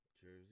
Jersey